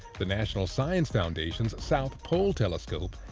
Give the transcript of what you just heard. the national science foundation's south pole telescope,